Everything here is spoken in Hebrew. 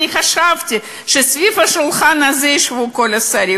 אני חשבתי שסביב השולחן הזה ישבו כל השרים,